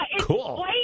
Cool